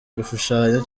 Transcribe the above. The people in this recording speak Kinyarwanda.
gushushanya